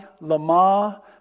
Lama